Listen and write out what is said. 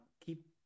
keep